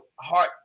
heart